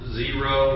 zero